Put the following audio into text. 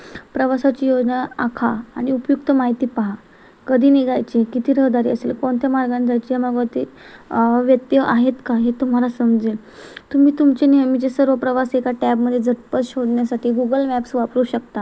प्रवासाची योजना आखा आणि उपयुक्त माहिती पहा कधी निघायचे किती रहदारी असेल कोणत्या मार्गाने जायचे मार्गावरती व्यत्यय आहेत का हे तुम्हाला समजेल तुम्ही तुमचे नेहमीचे सर्व प्रवास एका टॅबमध्ये झटपट शोधण्यासाठी गुगल मॅप्स वापरू शकता